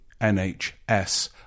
NHS